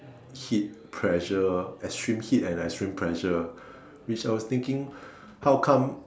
heat pressure extreme heat and extreme pressure which I was thinking how come